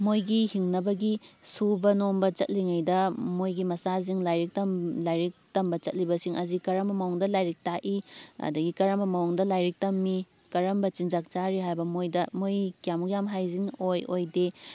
ꯃꯣꯏꯒꯤ ꯍꯤꯡꯅꯕꯒꯤ ꯁꯨꯕ ꯅꯣꯝꯕ ꯆꯠꯂꯤꯉꯩꯗ ꯃꯣꯏꯒꯤ ꯃꯆꯥꯁꯤꯡ ꯂꯥꯏꯔꯤꯛ ꯂꯥꯏꯔꯤꯛ ꯇꯝꯕ ꯆꯠꯂꯤꯕꯁꯤꯡ ꯑꯁꯤ ꯀꯔꯝꯕ ꯃꯑꯣꯡꯗ ꯂꯥꯏꯔꯤꯛ ꯇꯥꯛꯏ ꯑꯗꯒꯤ ꯀꯔꯝꯕ ꯃꯑꯣꯡꯗ ꯂꯥꯏꯔꯤꯛ ꯇꯝꯃꯤ ꯀꯔꯝꯕ ꯆꯤꯟꯖꯥꯛ ꯆꯥꯔꯤ ꯍꯥꯏꯕ ꯃꯣꯏꯗ ꯃꯣꯏ ꯀꯌꯥꯃꯨꯛ ꯌꯥꯝꯅ ꯍꯥꯏꯖꯤꯟ ꯑꯣꯏ ꯑꯣꯏꯗꯦ